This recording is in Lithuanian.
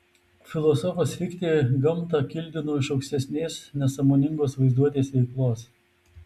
filosofas fichtė gamtą kildino iš aukštesnės nesąmoningos vaizduotės veiklos